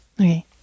Okay